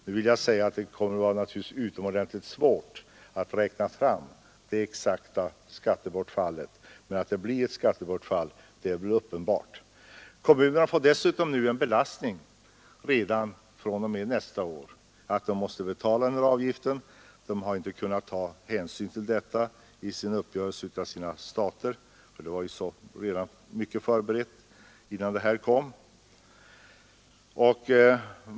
Naturligtvis kommer det att vara utomordentligt svårt att räkna fram det exakta skattebortfallet, men att det blir ett skattebortfall är väl uppenbart. Kommunerna får dessutom en belastning redan fr.o.m. nästa år. De måste ju betala den här avgiften, men de har inte kunnat ta hänsyn till den när de har gjort upp sina stater, som var förberedda innan det här förslaget kom.